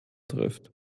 trifft